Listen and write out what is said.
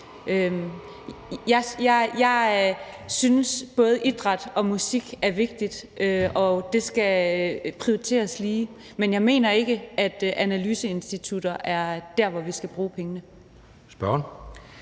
Jeg synes, at både idræt og musik er vigtigt, og at det skal prioriteres lige. Men jeg mener ikke, at analyseinstitutter er der, hvor vi skal bruge pengene. Kl.